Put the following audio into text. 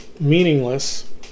meaningless